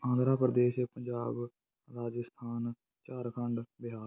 Andhra Pradesh Punjab Rajasthan Jharkhand Bihar